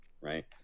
right